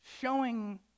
showing